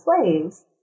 slaves